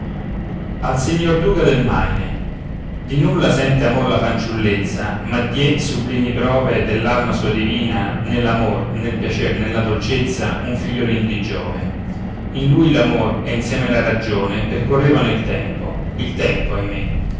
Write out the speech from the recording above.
duca del maine di nulla sente amor la fanciullezza ma dié sublimi prove dell'alma sua divina nell'amor nel piacer nella dolcezza un figliolin di giove in lui l'amor e insieme la ragione precorrevano il tempo il tempo ahimè